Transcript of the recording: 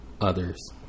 others